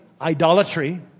idolatry